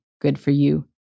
good-for-you